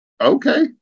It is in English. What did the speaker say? Okay